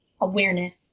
awareness